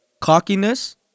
cockiness